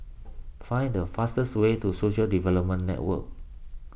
find the fastest way to Social Development Network